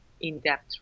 in-depth